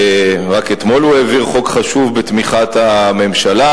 רק אתמול הוא העביר חוק חשוב בתמיכת הממשלה,